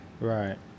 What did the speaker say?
Right